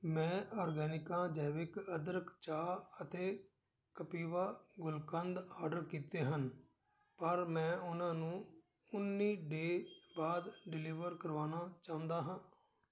ਮੈਂ ਆਰਗੈਨਿਕਾ ਜੈਵਿਕ ਅਦਰਕ ਚਾਹ ਅਤੇ ਕਪਿਵਾ ਗੁਲਕੰਦ ਅੋਰਡਰ ਕੀਤੇ ਹਨ ਪਰ ਮੈਂ ਉਹਨਾਂ ਨੂੰ ਉੱਨੀ ਡੇਅ ਬਾਅਦ ਡਿਲੀਵਰ ਕਰਵਾਉਣਾ ਚਾਹੁੰਦਾ ਹਾਂ